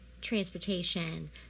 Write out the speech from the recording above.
transportation